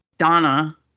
Donna